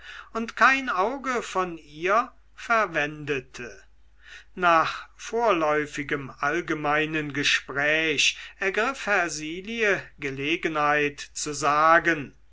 und kein auge von ihr verwendete nach vorläufigem allgemeinem gespräch ergriff hersilie gelegenheit zu sagen